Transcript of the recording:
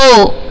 போ